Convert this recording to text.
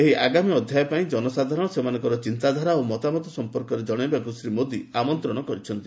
ଏହି ଆଗାମୀ ଅଧ୍ୟାୟ ପାଇଁ ଜନସାଧାରଣ ସେମାନଙ୍କ ଚିନ୍ତାଧାରା ଓ ମତାମତ ସମ୍ପର୍କରେ ଜଣାଇବାକୁ ଶ୍ରୀ ମୋଦି ଆମନ୍ତ୍ରଣ କରିଛନ୍ତି